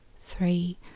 three